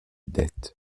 dette